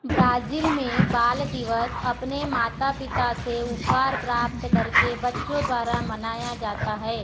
Brazil मे बाल दिवस अपने माता पिता से उपहार प्राप्त करके बच्चों द्वारा मनाया जाता है